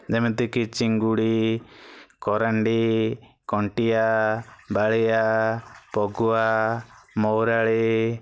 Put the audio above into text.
ଯେମିତିକି ଚିଙ୍ଗୁଡ଼ି କରାଣ୍ଡି କଣ୍ଟିଆ ବାଳିଆ ପଗୁଆ ମୌରାଳୀ